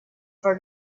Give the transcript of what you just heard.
for